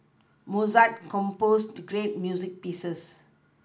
Mozart composed great music pieces